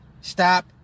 Stop